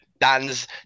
Dan's